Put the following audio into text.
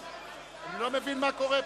אני לא מבין מה קורה פה.